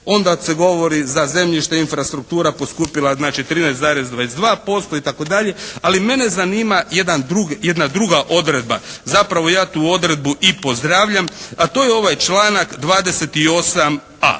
Onda se govori za zemljište, infrastruktura poskupila znači 13,22% itd. Ali mene zanima jedna druga odredba. Zapravo, ja tu odredbu i pozdravljam a to je ovaj članak 28a.